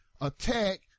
attack